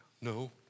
No